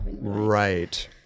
Right